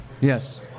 Yes